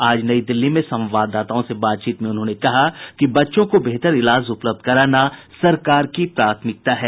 आज नई दिल्ली में संवाददाताओं से बातचीत में उन्होंने कहा कि बच्चों को बेहतर इलाज उपलब्ध कराना सरकार की प्राथमिकता है